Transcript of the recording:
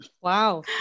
wow